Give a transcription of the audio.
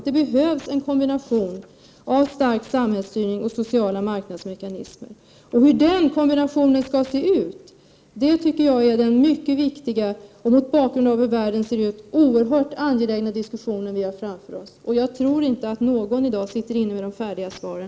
Det behövs en kombination av stark samhällsstyrning och sociala marknadsmekanismer. Hur den kombinationen skall gestalta sig är mot bakgrund av hur världen ser ut en oerhört angelägen diskussion som vi har framför oss. Jag tror inte att någon i dag sitter inne med de färdiga svaren.